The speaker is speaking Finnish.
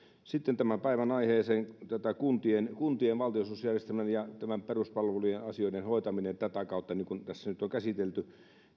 sitten tämän päivän aiheeseen tästä kuntien valtionosuusjärjestelmän ja peruspalvelujen asioiden hoitamisesta tätä kautta niin kuin tässä nyt on käsitelty